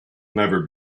never